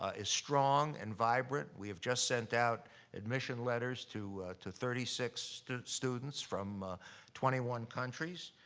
ah is strong and vibrant. we have just sent out admission letters to to thirty six students from twenty one countries,